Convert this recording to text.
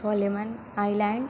solomon island